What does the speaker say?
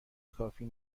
کافی